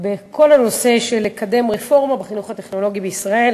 בכל הנושא של קידום רפורמות בחינוך הטכנולוגי בישראל.